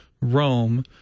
Rome